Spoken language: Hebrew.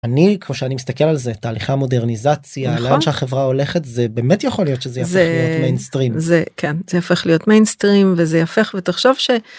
אני כמו שאני מסתכל על זה תהליכה מודרניזציה לאן שהחברה הולכת זה באמת יכול להיות שזה יהפוך להיות mainstream. זה כן זה יפה להיות mainstream וזה יהפך ותחשוב ש.